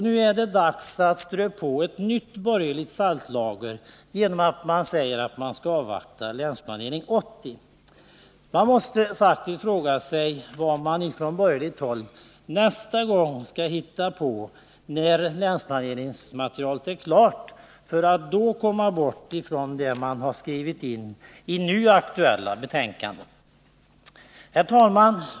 Nu är det dags att strö på ett nytt borgerligt saltlager genom att säga att man skall avvakta Länsplanering 80. Man måste faktiskt fråga sig vad de borgerliga skall hitta på nästa gång när länsplaneringsmaterialet är klart för att komma bort från det man skrivit i det nu aktuella betänkandet. Herr talman!